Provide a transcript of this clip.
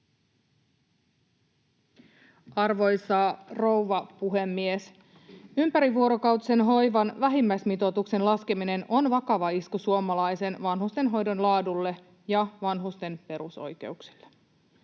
Arvoisa rouva puhemies! Ympärivuorokautisen hoivan vähimmäismitoituksen laskeminen on vakava isku suomalaisen vanhustenhoidon laadulle ja vanhusten perusoikeuksille.